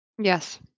yes